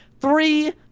three